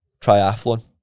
triathlon